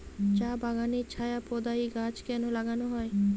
চা বাগানে ছায়া প্রদায়ী গাছ কেন লাগানো হয়?